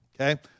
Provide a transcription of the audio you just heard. okay